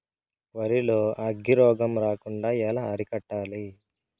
వరి లో అగ్గి రోగం రాకుండా ఎలా అరికట్టాలి?